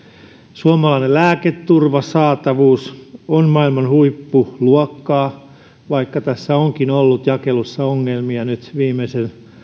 suomalainen lääketurva ja saatavuus ovat maailman huippuluokkaa vaikka tässä onkin ollut jakelussa ongelmia nyt viimeisen